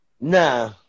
Nah